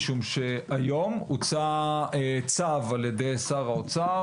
משום שהיו הוצא צו על ידי שר האוצר,